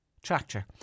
Tractor